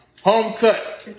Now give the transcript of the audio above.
Home-cut